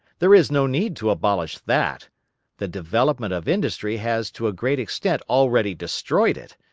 there is no need to abolish that the development of industry has to a great extent already destroyed it,